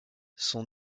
son